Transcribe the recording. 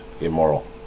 immoral